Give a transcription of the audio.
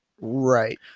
right